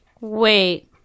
Wait